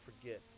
forget